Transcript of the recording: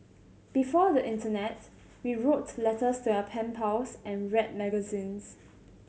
before the internet we wrote letters to our pen pals and read magazines